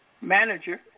manager